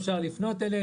אפשר לפנות אליה,